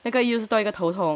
那个 use 多一个头痛